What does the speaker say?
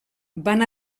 van